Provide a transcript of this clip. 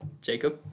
Jacob